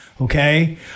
Okay